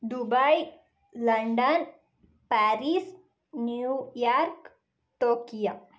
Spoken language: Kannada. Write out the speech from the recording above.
Dubai London Paris New York Tokyo